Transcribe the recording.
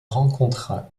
rencontra